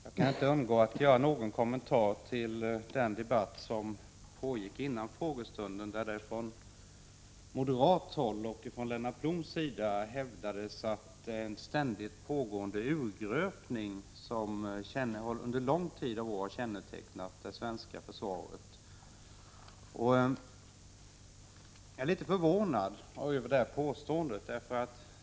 Herr talman! Jag kan inte underlåta att något kommentera den debatt som pågick före frågestunden och där det från moderat håll av Lennart Blom hävdades att en ständigt pågående urgröpning under en lång följd av år 7n Prot. 1985/86:126 kännetecknat det svenska försvaret. Jag är litet förvånad över detta påstående.